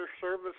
Service